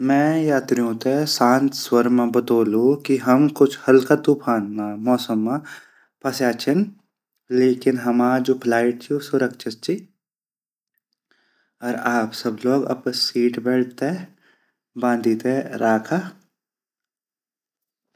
मैं यात्रियो ते शांत स्वर मा बातोलु कि हम कुछ हल्का तूफ़ाना मौसम मा फस्या छिन लेकिन हमा जु फ्लाइट ची उ सुरक्षित ची अर आप सब ल्वॉक आपरी सीट बेल्ट ते बाँधी ते राखा।